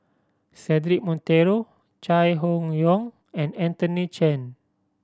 Cedric Monteiro Chai Hon Yoong and Anthony Chen